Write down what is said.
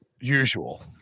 usual